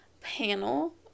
panel